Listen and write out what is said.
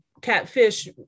catfish